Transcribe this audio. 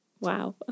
Wow